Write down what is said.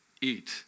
eat